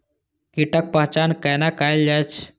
कीटक पहचान कैना कायल जैछ?